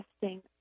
testing